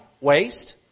waste